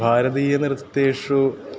भारतीयनृत्तेषु